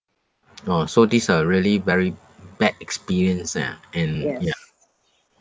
orh so this a really very bad experience ah and yup